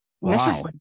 Wow